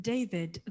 David